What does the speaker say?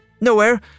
nowhere